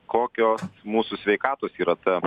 kokios mūsų sveikatos yra ta